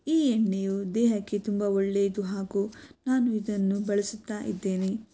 ಈ ಎಣ್ಣೆಯು ದೇಹಕ್ಕೆ ತುಂಬ ಒಳ್ಳೆಯದು ಹಾಗೂ ನಾನು ಇದನ್ನು ಬಳಸುತ್ತಾ ಇದ್ದೇನೆ